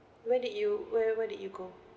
where did you where where did you go